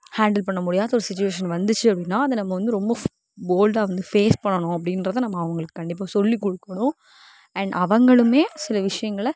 handle பண்ண முடியாத ஒரு சுச்சுவேஷன் வந்துச்சு அப்படினா அதை நம்ம வந்து ரொம்ப போல்டாக வந்து ஃபேஸ் பண்ணனும் அப்படின்றத நம்ம அவங்களுக்கு கண்டிப்பாக சொல்லி கொடுக்கணும் அண்ட் அவங்களுமே சில விஷயங்களை